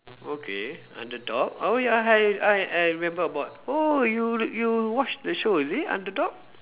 okay underdog oh ya I I I remember about oh you you watch the show is it underdog